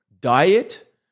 diet